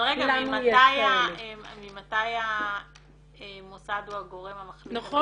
אבל רגע ממתי המוסד הוא הגורם המחליט על -- נכון.